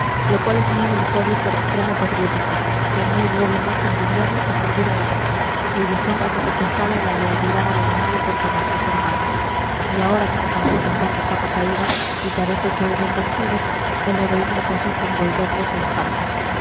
lo cual es muy meritorio y por extremo patriótico que no hay gloria más envidiable que servir a la patria ni deshonra que se compare a la de ayudar al enemigo contra nuestros hermanos y ahora que los franceses van de capa caída y parece que huyen vencidos el heroísmo consiste en volverles la espalda